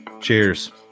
Cheers